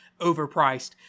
overpriced